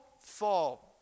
fall